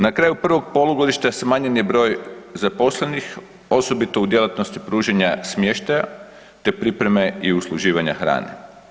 Na kraju prvog polugodišta smanjen je broj zaposlenih, osobito u djelatnosti pružanja smještaja, te pripreme i usluživanja hrane.